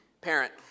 Parent